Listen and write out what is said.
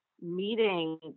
meeting